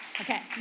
Okay